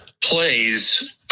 plays